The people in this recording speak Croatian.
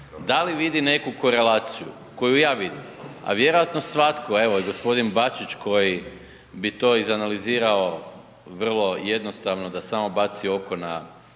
Da li vidi neku korelaciju, koju ja vidim, a vjerojatno svatko evo i gospodin Bačić koji bi to iz analizirao vrlo jednostavno da samo baci oko na